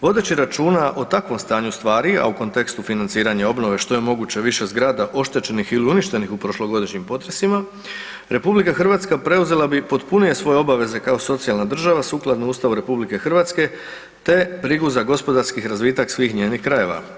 Vodeći računa o takvom stanju stvari, a u kontekstu financiranja obnove što je moguće više zgrada oštećenih ili uništenih u prošlogodišnjim potresima RH preuzela bi potpunije svoje obveze kao socijalna država sukladno Ustavu RH te brigu za gospodarski razvitak svih njenih krajeva.